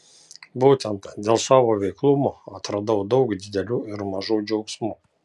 būtent dėl savo veiklumo atradau daug didelių ir mažų džiaugsmų